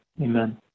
amen